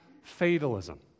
fatalism